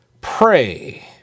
pray